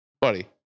buddy